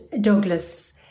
Douglas